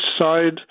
side